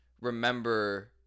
remember